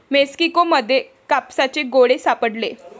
Mexico मध्ये कापसाचे गोळे सापडले